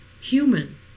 human